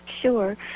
Sure